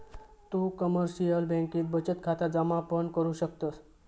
तु कमर्शिअल बँकेत बचत खाता जमा पण करु शकतस